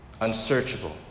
Unsearchable